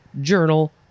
journal